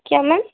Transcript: کیا میم